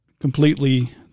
completely